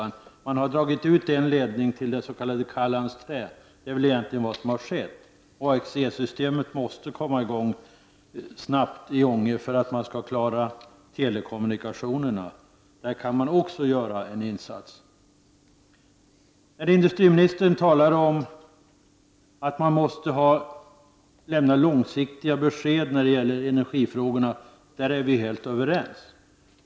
I och för sig har man dragit ut en ledning till det s.k. Callans Trä. Men det är egentligen det enda som har åstadkommits. AXE-systemet måste man också snabbt komma i gång med i Ånge för att man skall klara telekommunikationerna. Också i det avseendet kan man alltså göra en insats. Industriministern säger att långsiktiga besked måste lämnas i energifrågorna, och på den punkten är vi helt överens.